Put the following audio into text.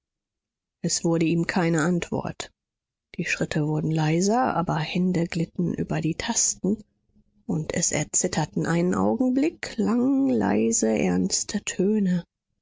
es wurde ihm keine antwort die schritte wurden leiser aber hände glitten über die tasten und es erzitterten einen augenblick lang leise ernste töne